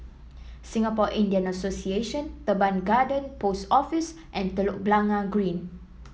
Singapore Indian Association Teban Garden Post Office and Telok Blangah Green